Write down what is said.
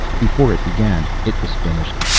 before it began it was finished.